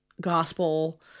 gospel